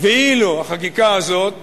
ואילו החקיקה הזאת